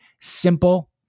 simple